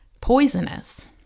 Poisonous